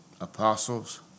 apostles